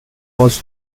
was